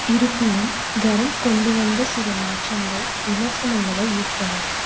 இருப்பினும் கரந்த் கொண்டு வந்த சில மாற்றங்கள் விமர்சனங்களை ஈர்த்தன